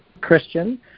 Christian